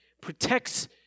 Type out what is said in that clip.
protects